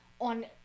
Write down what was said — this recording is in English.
on